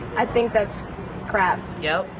i think that's crap. yep.